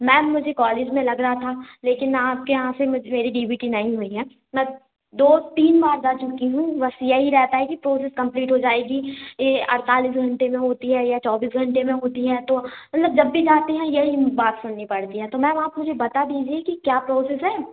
ma'am मुझे college में लग रहा था लेकिन आप के यहाँ से मेरी डी बी टी नहीं हुई है मैं दो तीन बार जा चुकी हूँ बस यही रहता है कि प्रोसेस कंप्लीट हो जाएगी ये अड़तालीस घंटे में होती है या चौबीस घंटे में होती है तो मतलब जब भी जाते हैं यही बात सुननी पड़ती है तो मैम आप मुझे बता दीजिए कि क्या प्रोसेस है